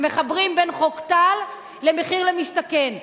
ומחברים בין חוק טל למחיר למשתכן.